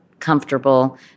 comfortable